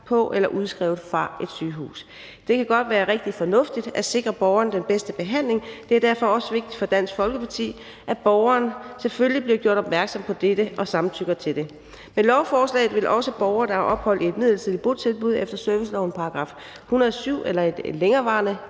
på eller udskrevet fra et sygehus. Det kan godt være rigtig fornuftigt at sikre borgeren den bedste behandling. Det er derfor også vigtigt for Dansk Folkeparti, at borgeren selvfølgelig bliver gjort opmærksom på dette og samtykker til det. Med lovforslaget vil også borgere, der har ophold i et midlertidigt botilbud efter servicelovens § 107 eller i et længerevarende